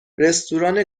رستوران